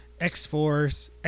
X-Force